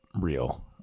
real